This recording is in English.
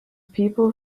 people